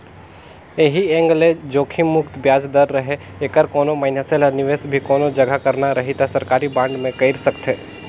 ऐही एंग ले जोखिम मुक्त बियाज दर रहें ऐखर कोनो मइनसे ल निवेस भी कोनो जघा करना रही त सरकारी बांड मे कइर सकथे